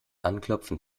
anklopfen